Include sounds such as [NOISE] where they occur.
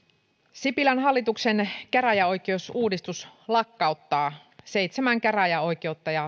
sipilän hallituksen käräjäoikeusuudistus lakkauttaa seitsemän käräjäoikeutta ja [UNINTELLIGIBLE]